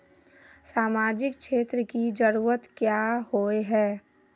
सामाजिक क्षेत्र की जरूरत क्याँ होय है?